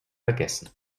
vergessen